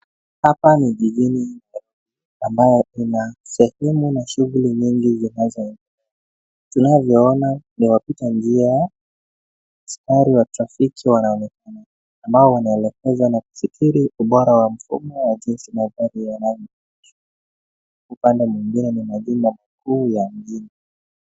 Hapa ni jijini ambapo kuna sehemu ina shughuli nyingi zinazoendelea. Tunavyoona kuna wapita njia sare ya trafiki wanaonekana ambao wanaelekeza na kifikiri ubora wa mfumo wa jinsi magari ya rangi. Upande mwingine ni majumba kuu ya mjini.